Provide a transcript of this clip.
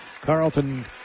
Carlton